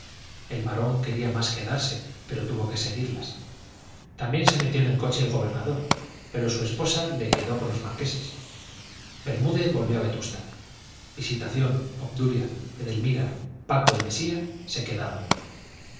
el barón quería más quedarse pero tuvo que seguirlas también se metió en el coche el gobernador pero su esposa se quedó con los marqueses bermúdez volvió a vetusta visitación obdulia edelmira paco y mesía se quedaban